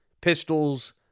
pistols